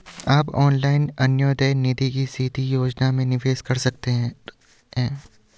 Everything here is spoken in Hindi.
आप ऑनलाइन अन्योन्य निधि की सीधी योजना में निवेश कर सकते हैं